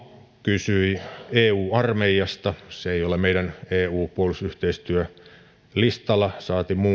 kysyi eu armeijasta se ei ole meidän eu puolustusyhteistyölistallamme saati